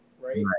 right